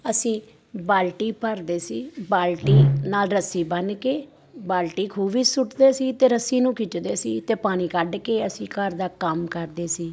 ਅਸੀਂ ਬਾਲਟੀ ਭਰਦੇ ਸੀ ਬਾਲਟੀ ਨਾਲ ਰੱਸੀ ਬੰਨ ਕੇ ਬਾਲਟੀ ਖੂਹ ਵਿੱਚ ਸੁੱਟਦੇ ਸੀ ਅਤੇ ਰੱਸੀ ਨੂੰ ਖਿੱਚਦੇ ਸੀ ਅਤੇ ਪਾਣੀ ਕੱਢ ਕੇ ਅਸੀਂ ਘਰ ਦਾ ਕੰਮ ਕਰਦੇ ਸੀ